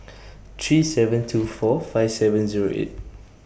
three seven two four five seven Zero eight